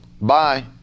bye